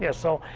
yeah so,